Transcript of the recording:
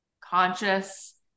conscious